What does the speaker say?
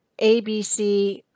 ABC